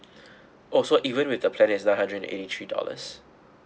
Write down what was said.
oh so even with the plan is nine hundred and eighty three dollars